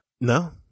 No